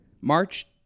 march